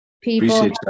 people